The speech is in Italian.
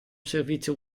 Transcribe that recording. servizio